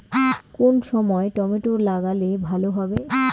কোন সময় টমেটো লাগালে ভালো হবে?